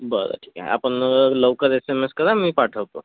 बरं ठीक आहे आपण लवकर एस एम एस करा मी पाठवतो